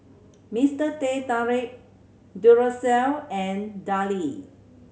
Mister Teh Tarik Duracell and Darlie